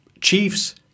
Chiefs